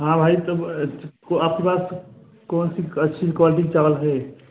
हाँ भाई हाँ वह आपके पास कौनसी अच्छी क्वालिती के चावल हैं